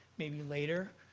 maybe later.